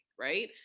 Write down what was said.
right